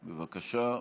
בבקשה,